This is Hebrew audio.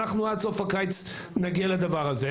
אנחנו עד סוף הקיץ נגיע לדבר הזה,